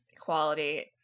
quality